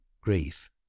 grief